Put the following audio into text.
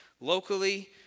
Locally